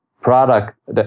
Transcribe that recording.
product